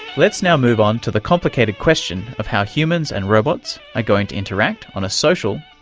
let's now move on to the complicated question of how humans and robots are going to interact on a social,